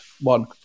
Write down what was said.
one